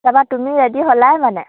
তাৰপৰা তুমি ৰেডী হ'লাই মানে